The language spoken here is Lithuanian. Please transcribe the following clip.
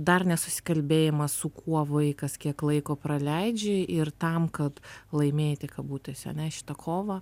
dar nesusikalbėjimas su kuo vaikas kiek laiko praleidžia ir tam kad laimėti kabutėse ane šitą kovą